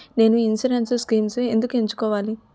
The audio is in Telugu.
నేను ఇన్సురెన్స్ స్కీమ్స్ ఎందుకు ఎంచుకోవాలి?